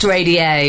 Radio